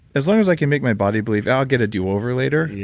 as long as i can make my body believe i'll get a do-over later, yeah